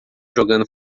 jogando